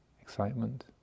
excitement